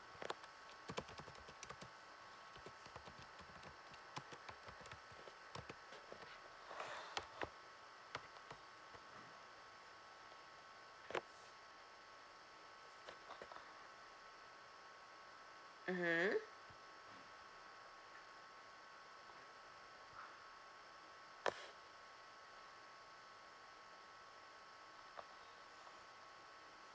mmhmm